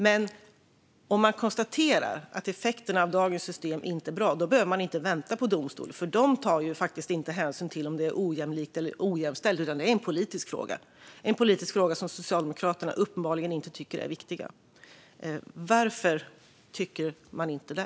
Men om man konstaterar att effekterna av dagens system inte är bra behöver man inte vänta på domstol, för de tar faktiskt inte hänsyn till om det är ojämlikt eller ojämställt. Det är en politisk fråga - en politisk fråga som Socialdemokraterna uppenbarligen inte tycker är viktig. Varför tycker ni inte det?